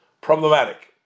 problematic